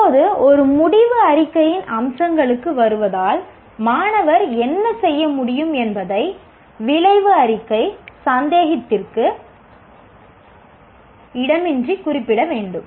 இப்போது ஒரு முடிவு அறிக்கையின் அம்சங்களுக்கு வருவதால் மாணவர் என்ன செய்ய முடியும் என்பதை விளைவு அறிக்கை சந்தேகத்திற்கு இடமின்றி குறிப்பிட வேண்டும்